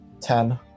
ten